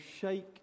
shake